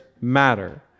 matter